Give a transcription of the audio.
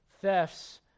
thefts